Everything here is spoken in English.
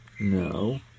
No